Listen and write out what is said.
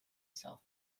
school